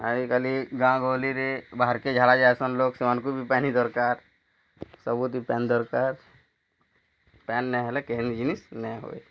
ଆଜିକାଲି ଗାଁ ଗହଲିରେ ବାହାର୍କେ ଝାଡ଼ା ଯାଉସନ୍ ଲୋକ ସେମାନକୁ ବି ପାନି ଦରକାର୍ ସବୁଥି ପାନ୍ ଦରକାର୍ ପାନ୍ ନାଇଁ ହେଲେ କେନେ ଜିନିଷ ନାଇଁ ହଏ